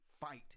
fight